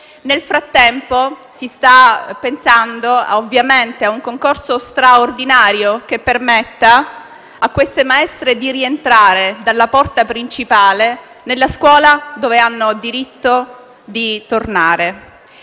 Nel frattempo, si sta pensando a un concorso straordinario, che permetta a queste maestre di rientrare dalla porta principale nella scuola dove hanno diritto di tornare.